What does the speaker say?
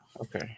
Okay